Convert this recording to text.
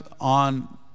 on